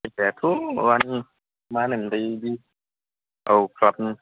खेलायाथ' माबानि मा होनोमोनलाय बे औ क्लाबनि